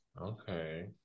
Okay